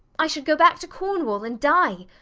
i should go back to cornwall and die.